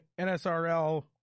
NSRL